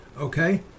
okay